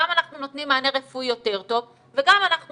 גם אנחנו נותנים מענה רפואי יותר טוב וגם אנחנו